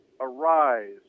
arise